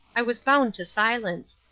i was bound to silence.